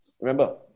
Remember